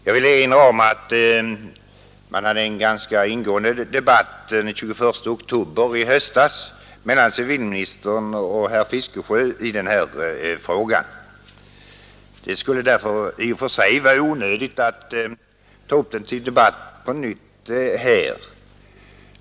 Jag vill erinra om att det förekom en ganska ingående debatt den 21 oktober i höstas mellan civilministern och herr Fiskesjö i samma fråga. Det skulle därför i och för sig kunna vara onödigt att ta upp den till debatt på nytt här.